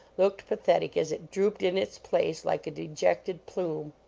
looked pathetic as it drooped in its place like a de jected plume.